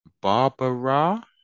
Barbara